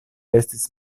estis